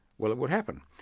well it would happen.